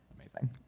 Amazing